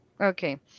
okay